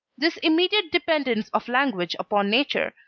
this immediate dependence of language upon nature,